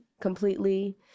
completely